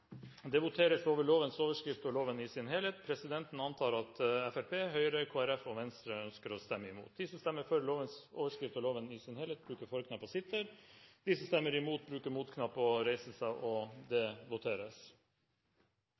Det voteres over lovens overskrift og loven i sin helhet. Presidenten antar at Fremskrittspartiet, Høyre, Kristelig Folkeparti og Venstre ønsker å stemme imot. Lovvedtaket vil bli satt opp til annen gangs behandling i et senere møte i Stortinget. Det voteres over lovens overskrift og loven i sin helhet.